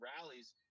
rallies